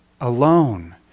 alone